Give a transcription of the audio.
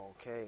Okay